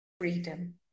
freedom